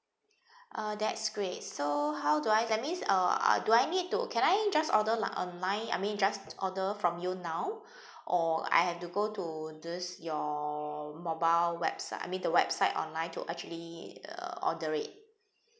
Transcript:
uh that's great so how do I that means uh do I need to can I just order like online I mean just order from you now or I have to go to this your mobile websi~ I mean the website online to actually uh order it